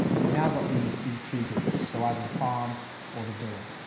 we've now got these these two gifts, so either the farm or the villa.